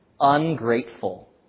Ungrateful